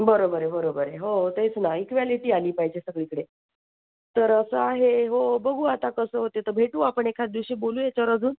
बरोबर आहे बरोबर आहे हो तेच ना इक्वलिटी आली पाहिजे सगळीकडे तर असं आहे हो बघू आता कसं होते तर भेटू आपण एखाद्या दिवशी बोलू ह्याच्यावर अजून